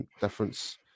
difference